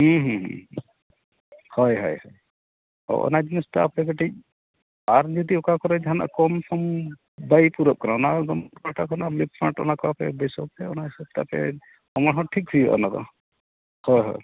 ᱦᱳᱭ ᱦᱳᱭ ᱚᱱᱟ ᱡᱤᱱᱤᱥᱴᱟ ᱟᱯᱮ ᱠᱟᱹᱴᱤᱡ ᱟᱨ ᱡᱩᱫᱤ ᱚᱠᱟ ᱠᱚᱨᱮᱜ ᱠᱚᱢ ᱥᱚᱢ ᱵᱷᱟᱹᱜᱤ ᱯᱩᱨᱟᱹᱜ ᱠᱟᱱᱟ ᱚᱱᱟ ᱮᱠᱫᱚᱢ ᱚᱱᱟ ᱦᱤᱥᱟᱹᱵ ᱛᱮ ᱟᱯᱮ ᱚᱱᱟ ᱦᱚᱸ ᱴᱷᱤᱠ ᱦᱩᱭᱩᱜᱼᱟ ᱚᱱᱟ ᱫᱚ ᱦᱳᱭ ᱦᱳᱭ